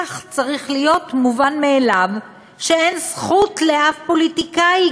כך צריך להיות מובן מאליו שאין זכות לאף פוליטיקאי,